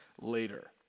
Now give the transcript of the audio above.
later